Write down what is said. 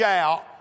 out